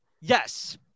Yes